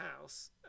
house